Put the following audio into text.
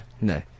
No